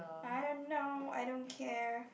I don't know I don't care